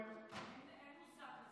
אין מושג כזה, מזמן לא.